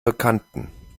bekannten